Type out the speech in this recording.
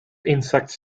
insects